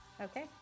Okay